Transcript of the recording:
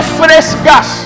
frescas